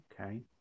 okay